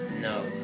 No